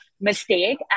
mistake